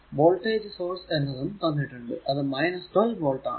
voltage source എന്നതും തന്നിട്ടുണ്ട് അത് 12 വോൾട് ആണ്